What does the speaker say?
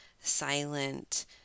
silent